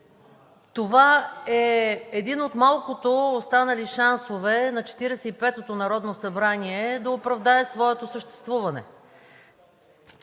Това е един от малкото останали шансове на Четиридесет и петото народно събрание да оправдае своето съществуване.